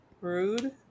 rude